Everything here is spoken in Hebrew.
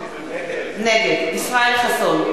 נגד ישראל חסון,